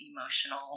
emotional